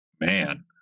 man